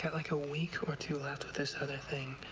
but like, a week or two left with this other thing,